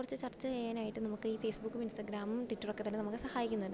കുറച്ച് ചർച്ച ചെയ്യാനായിട്ട് നമുക്ക് ഈ ഫേസ്ബുക്കും ഇൻസ്റ്റഗ്രാമും ട്വിറ്ററൊക്കെ തന്നെ നമുക്ക് സഹായിക്കുന്നുണ്ട്